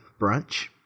brunch